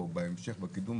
או בהמשך בקידום,